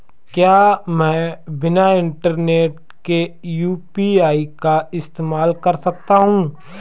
क्या मैं बिना इंटरनेट के यू.पी.आई का इस्तेमाल कर सकता हूं?